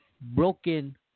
broken